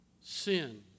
Sin